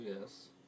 yes